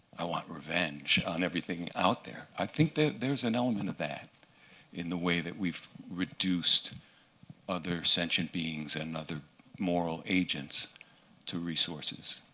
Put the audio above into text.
i want revenge on everything out there. i think there's an element of that in the way that we've reduced other sentient beings and other moral agents to resources.